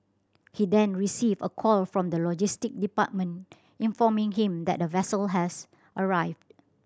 he then received a call from the logistic department informing him that a vessel has arrived